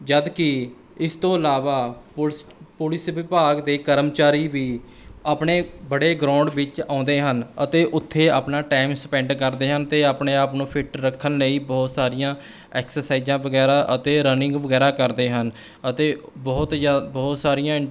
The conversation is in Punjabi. ਜਦ ਕਿ ਇਸ ਤੋਂ ਇਲਾਵਾ ਪੁਲਿਸ ਪੁਲਿਸ ਵਿਭਾਗ ਦੇ ਕਰਮਚਾਰੀ ਵੀ ਆਪਣੇ ਬੜੇ ਗਰਾਊਂਡ ਵਿੱਚ ਆਉਂਦੇ ਹਨ ਅਤੇ ਉੱਥੇ ਆਪਣਾ ਟਾਈਮ ਸਪੈਂਡ ਕਰਦੇ ਹਨ ਅਤੇ ਆਪਣੇ ਆਪ ਨੂੰ ਫਿੱਟ ਰੱਖਣ ਲਈ ਬਹੁਤ ਸਾਰੀਆਂ ਐਕਸਰਸਾਈਜ਼ਾਂ ਵਗੈਰਾ ਅਤੇ ਰਨਿੰਗ ਵਗੈਰਾ ਕਰਦੇ ਹਨ ਅਤੇ ਬਹੁਤ ਜ਼ਿਆਦਾ ਬਹੁਤ ਸਾਰੀਆਂ